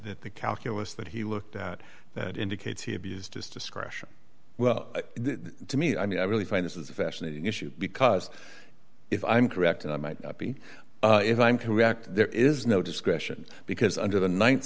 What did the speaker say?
that the calculus that he looked at that indicates he abused his discretion well to me i mean i really find this is a fascinating issue because if i'm correct and i might be if i'm correct there is no discretion because under the